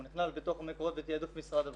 הוא נכלל בתוך מקורות בתעדוף משרד הבריאות,